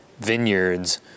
vineyards